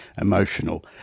emotional